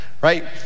right